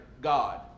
God